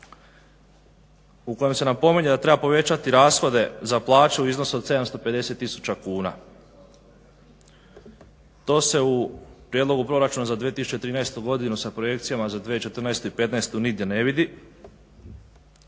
u kojem se napominje da treba povećati rashode za plaću u iznosu od 750 tisuća kuna. To se u prijedlogu Proračuna za 2013. godinu sa projekcijama za 2014. i 2015. nigdje ne vidi